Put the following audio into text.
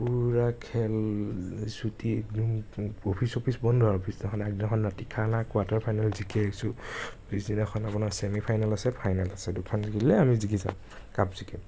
পূৰা খেল চুটি একদম অফিচ চফিচ বন্ধ আৰু পিছদিনাখনে আগদিনাখন ৰাতি খানা কোৱাৰ্টাৰ ফাইনেল জিকি আহিছোঁ পিছদিনাখনে আপোনাৰ চেমিফাইনেল আছে ফাইনেল আছে দুখন জিকিলে আমি জিকি যাম কাপ জিকিম